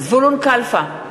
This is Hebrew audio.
זבולון קלפה,